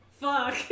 Fuck